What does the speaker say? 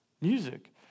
music